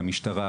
המשטרה,